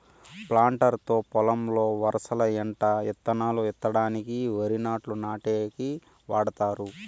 planter తో పొలంలో వరసల ఎంట ఇత్తనాలు ఇత్తడానికి, వరి నాట్లు నాటేకి వాడతారు